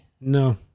no